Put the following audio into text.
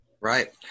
Right